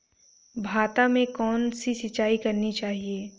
भाता में कौन सी सिंचाई करनी चाहिये?